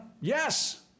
Yes